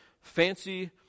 fancy